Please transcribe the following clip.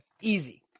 Easy